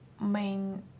main